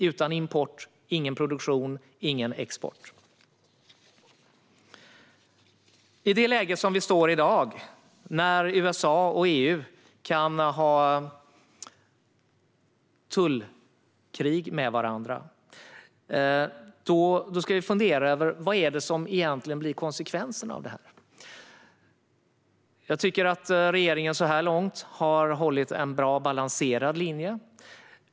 Utan import blir det ingen produktion och ingen export. I det läge som vi i dag befinner oss i, när USA och EU kan hamna i ett tullkrig med varandra, bör vi fundera över vad konsekvenserna egentligen kan bli av detta. Jag tycker att regeringen så här långt har hållit en bra och balanserad linje.